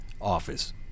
office